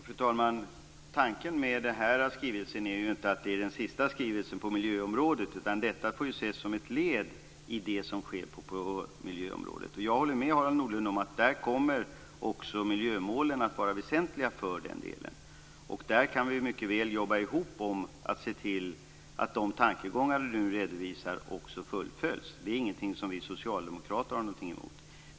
Fru talman! Tanken med skrivelsen är inte att den skall vara den sista skrivelsen på miljöområdet, utan den får ses som ett led i det som sker på miljöområdet. Jag håller med Harald Nordlund om att där kommer också miljömålen att vara väsentliga. Vi kan mycket väl arbeta tillsammans för att se till att de tankegångar som Harald Nordlund redovisar också fullföljs. Det är ingenting som vi socialdemokrater har något emot.